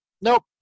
nope